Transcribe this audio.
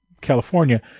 California